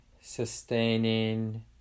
sustaining